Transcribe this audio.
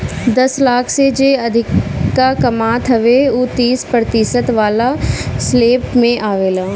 दस लाख से जे अधिका कमात हवे उ तीस प्रतिशत वाला स्लेब में आवेला